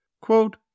Quote